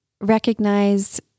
recognize